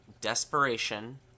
Desperation